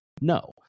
No